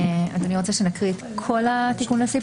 אדוני רוצה שנקריא את כל התיקון לסעיף?